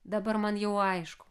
dabar man jau aišku